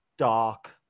dark